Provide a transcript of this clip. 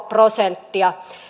prosenttia